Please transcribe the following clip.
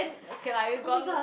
oh-my-god